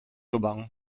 auban